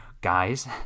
guys